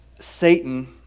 Satan